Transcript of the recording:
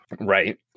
Right